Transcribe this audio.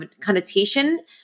connotation